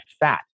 fat